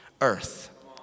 earth